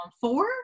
four